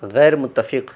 غیر متفق